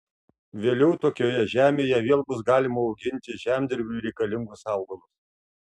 vėliau tokioje žemėje vėl bus galima auginti žemdirbiui reikalingus augalus